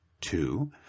Two